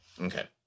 okay